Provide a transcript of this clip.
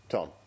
Tom